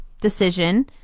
decision